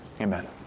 Amen